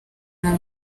n’u